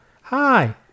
Hi